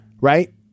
right